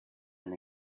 and